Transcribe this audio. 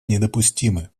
недопустимы